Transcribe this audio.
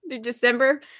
December